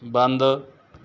ਬੰਦ